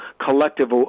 collective